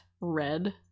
red